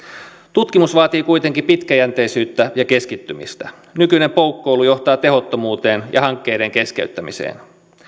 tutkimus vaatii kuitenkin pitkäjänteisyyttä ja keskittymistä nykyinen poukkoilu johtaa tehottomuuteen ja hankkeiden keskeyttämiseen